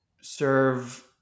serve